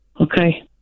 Okay